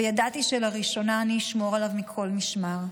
וידעתי שלראשונה אני אשמור עליו מכל משמר.